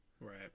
Right